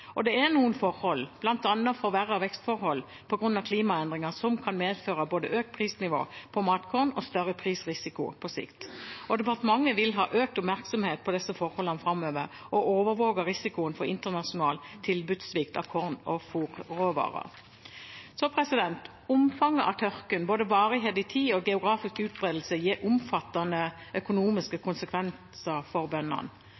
Og det er noen forhold, bl.a. forverrede vekstforhold på grunn av klimaendringer, som kan medføre både økt prisnivå på matkorn og større prisrisiko på sikt. Departementet vil ha økt oppmerksomhet på disse forholdene framover og overvåke risikoen for internasjonal tilbudssvikt av korn og fôrråvarer. Omfanget av tørken, både varighet i tid og geografisk utbredelse, gir omfattende økonomiske konsekvenser for bøndene.